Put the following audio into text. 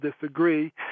disagree